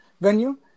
venue